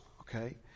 Okay